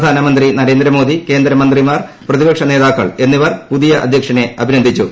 പ്രധാനമന്ത്രി നരേന്ദ്രമോദി കേന്ദ്രമന്ത്രിമാർ പ്രതിപക്ഷ നേതാക്കൾ എന്നിവർ പുതിയ അദ്ധ്യക്ഷനെ അഭിനന്ദിച്ചു